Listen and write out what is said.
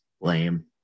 Lame